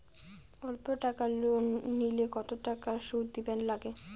অল্প টাকা লোন নিলে কতো টাকা শুধ দিবার লাগে?